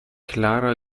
clara